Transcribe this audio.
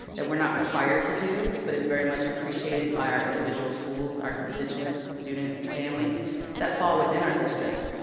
that we're not required to do. but is very much appreciated by our individual schools, our constituents, students, and families that fall within our district.